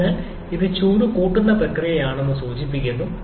അതിനാൽ ഇത് ചൂട് കൂട്ടുന്ന പ്രക്രിയയാണെന്ന് സൂചിപ്പിക്കുന്നു